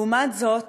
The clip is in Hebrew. לעומת זאת,